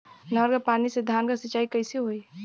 नहर क पानी से धान क सिंचाई कईसे होई?